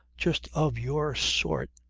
just of your sort,